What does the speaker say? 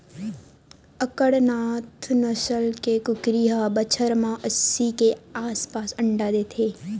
कड़कनाथ नसल के कुकरी ह बछर म अस्सी के आसपास अंडा देथे